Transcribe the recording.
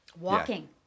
Walking